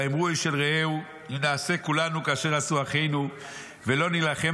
ויאמרו איש אל רעהו אם נעשה כולנו כאשר עשו אחינו ולא נלחם